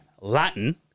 Latin